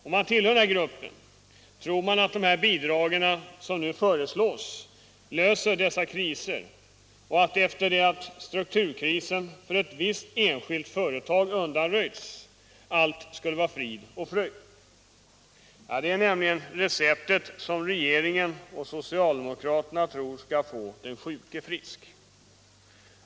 Om man tillhör denna grupp, tror man att de bidrag som nu föreslås löser dessa kriser och att, efter det att strukturkrisen för ett visst enskilt företag undanröjts, allt skulle vara frid och fröjd. Det är nämligen det receptet som regeringen och socialdemokraterna tror skall få den sjuke frisk.